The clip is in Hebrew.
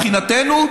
מבחינתנו,